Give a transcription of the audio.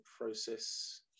process